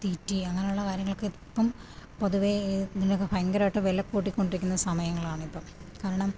തീറ്റി അങ്ങനെയുള്ള കാര്യങ്ങൾക്ക് ഇപ്പോള് പൊതുവെ ഇതിലൊക്കെ ഭയങ്കരമായിട്ട് വില കൂടിക്കൊണ്ടിരിക്കുന്ന സമയങ്ങളാണിപ്പോള് കാരണം